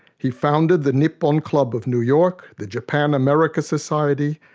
he founded the nippon club of new york, the japan-america society,